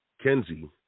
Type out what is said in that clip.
Kenzie